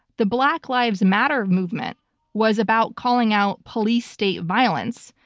the black lives matter movement was about calling out police state violence.